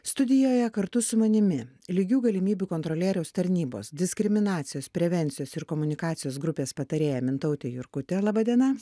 studijoje kartu su manimi lygių galimybių kontrolieriaus tarnybos diskriminacijos prevencijos ir komunikacijos grupės patarėja mintautė jurkutė laba diena